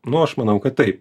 nu aš manau kad taip